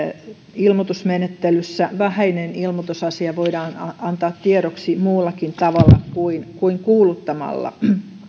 ilmoitusmenettelyssä vähäinen ilmoitusasia voidaan antaa tiedoksi muullakin tavalla kuin kuin kuuluttamalla